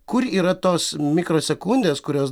kur yra tos mikrosekundės kurios